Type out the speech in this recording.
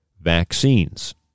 vaccines